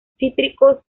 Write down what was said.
cítricos